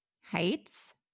Heights